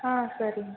ಆಂ ಸರಿ ಮ್